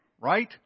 right